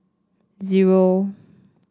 zero